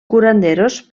curanderos